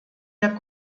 der